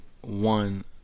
one